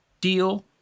deal